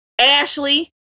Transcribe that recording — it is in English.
ashley